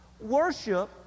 Worship